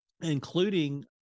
including